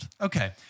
Okay